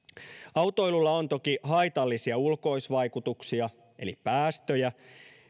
autoilulla on toki haitallisia ulkoisvaikutuksia eli päästöjä